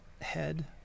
head